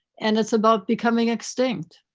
and it's about becoming extinct